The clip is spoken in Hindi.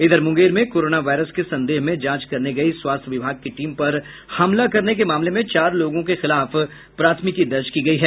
इधर मुंगेर में कोरोना वायरस के संदेह में जांच करने गयी स्वास्थ्य विभाग की टीम पर हमला करने के मामले में चार लोगों के खिलाफ प्राथमिकी दर्ज की गयी है